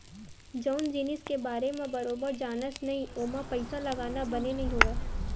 जउन जिनिस के बारे म बरोबर जानस नइ ओमा पइसा लगाना बने नइ होवय